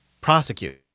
prosecute